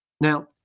Now